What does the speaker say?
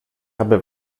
habe